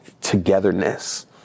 togetherness